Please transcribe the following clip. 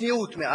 מעט צניעות,